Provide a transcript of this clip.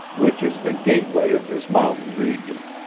which is the gateway of this mountain region.